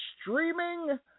streaming